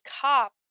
cop